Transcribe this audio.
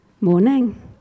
morning